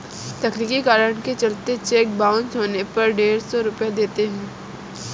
तकनीकी कारण के चलते चेक बाउंस होने पर डेढ़ सौ रुपये देने होते हैं